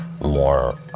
more